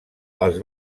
els